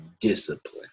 discipline